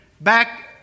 back